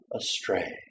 astray